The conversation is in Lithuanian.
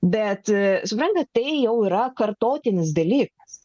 bet suprantate tai jau yra kartotinis dalykas